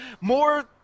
more